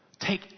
Take